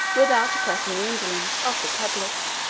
without oppressing the indolence, of the public.